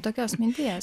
tokios minties